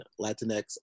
Latinx